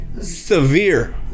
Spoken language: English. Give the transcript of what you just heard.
severe